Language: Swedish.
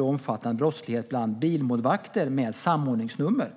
omfattande brottslighet där man använder bilmålvakter med samordningsnummer.